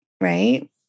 right